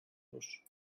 los